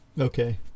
Okay